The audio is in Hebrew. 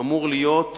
אמור להיות